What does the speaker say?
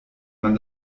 man